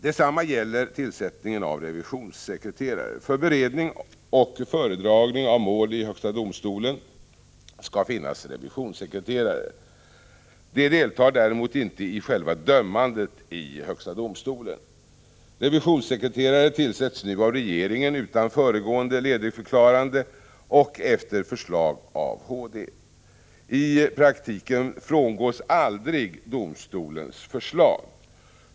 Detsamma gäller tillsättningen av revisionssekreterare. För beredning och föredragning av mål i högsta domstolen skall finnas revisionssekreterare. De deltar däremot inte i själva dömandet i HD. Revisionssekreterare tillsätts nu av regeringen utan föregående ledigförklarande och efter förslag av HD. I praktiken frångås aldrig domstolens förslag.